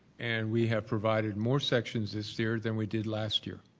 and we have provided more sections this year than we did last year,